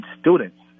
students